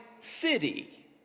city